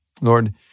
Lord